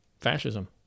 fascism